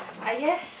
I guess